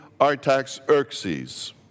Artaxerxes